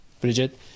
Bridget